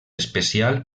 especial